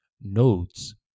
nodes